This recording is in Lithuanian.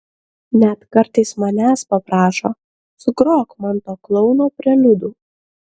net kartais manęs paprašo sugrok man to klouno preliudų